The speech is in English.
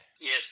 Yes